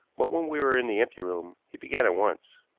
but when we were in the empty room he began at once.